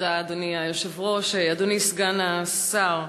אדוני היושב-ראש, תודה, אדוני סגן השר,